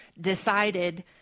decided